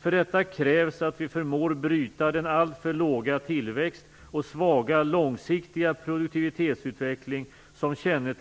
För detta krävs att vi förmår bryta den alltför låga tillväxt och svaga långsiktiga produktivitetsutveckling som under de